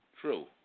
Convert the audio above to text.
True